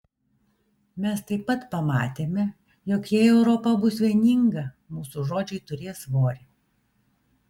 mes taip pat pamatėme jog jei europa bus vieninga mūsų žodžiai turės svorį